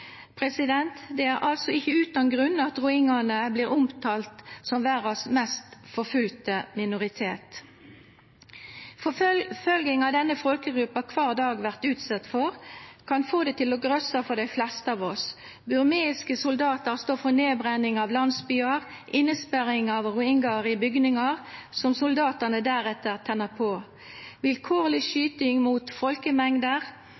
Det er altså ikke uten grunn at rohingyaene blir omtalt som verdens mest forfulgte minoritet. Forfølgingen denne folkegruppen hver dag blir utsatt for, kan få de fleste av oss til å grøsse. Burmesiske soldater står for nedbrenning av landsbyer, innesperring av rohingyaer i bygninger som soldatene deretter tenner på, vilkårlig